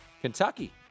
Kentucky